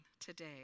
today